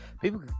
people